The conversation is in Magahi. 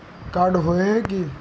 कार्ड होय है की?